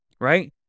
right